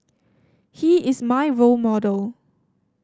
he is my role model